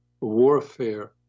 warfare